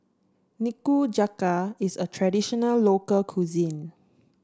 nikujaga is a traditional local cuisine